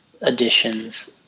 additions